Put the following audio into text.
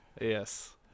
Yes